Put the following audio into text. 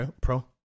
Pro